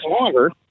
longer